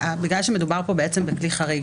בגלל שמדובר פה בכלי חריג,